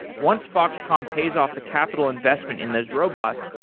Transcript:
once foxconn pays off the capital investment in those robots,